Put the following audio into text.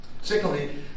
Secondly